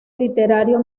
literario